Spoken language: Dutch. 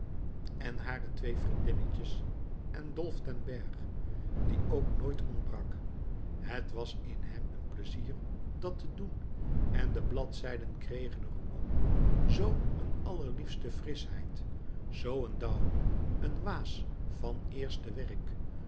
en hare twee vriendinnetjes en dolf den bergh die ook nooit ontbrak het was in hem een pleizier dat te doen en de bladzijden kregen er om zoo een allerliefste frischheid zoo een dauw een waas van eerste werk